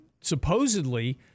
supposedly